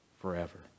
forever